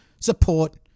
support